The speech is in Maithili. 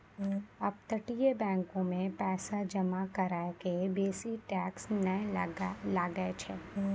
अपतटीय बैंको मे पैसा जमा करै के बेसी टैक्स नै लागै छै